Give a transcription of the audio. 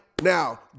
Now